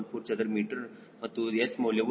14 ಚದರ ಮೀಟರ್ ಮತ್ತು S ಮೌಲ್ಯವು 0